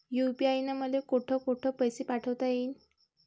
UPI न मले कोठ कोठ पैसे पाठवता येईन?